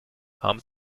haben